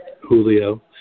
Julio